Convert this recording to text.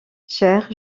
chair